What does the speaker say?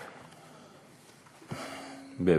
אדוני.